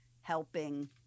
helping